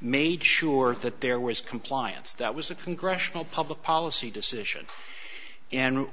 made sure that there was compliance that was a congressional public policy decision and